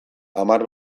hamar